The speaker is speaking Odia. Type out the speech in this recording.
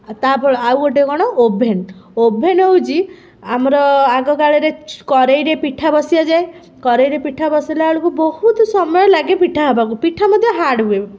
ତା'ଫଳ ଆଉ ଗୋଟେ କ'ଣ ଓଭେନ୍ ଓଭେନ୍ ହେଉଛି ଆମର ଆଗ କାଳରେ କରେଇରେ ପିଠା ବସିଆ ଯାଏ କରେଇରେ ପିଠା ବସିଲା ବେଳକୁ ବହୁତ ସମୟ ଲାଗେ ପିଠା ହେବାକୁ ପିଠା ମଧ୍ୟ ହାର୍ଡ଼ ହୁଏ